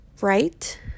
right